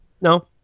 No